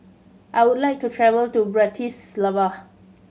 I would like to travel to Bratislava